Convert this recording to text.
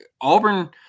Auburn